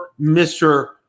Mr